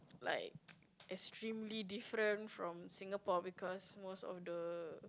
like extremely different from Singapore because most of the